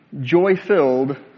joy-filled